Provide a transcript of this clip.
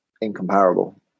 incomparable